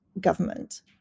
government